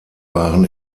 waren